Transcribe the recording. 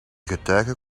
getuige